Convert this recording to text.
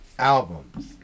albums